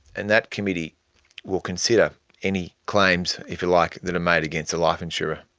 and that committee will consider any claims, if you like, that are made against the life insurer,